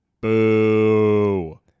Boo